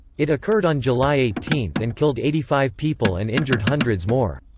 it occurred on july eighteen and killed eighty five people and injured hundreds more.